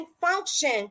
function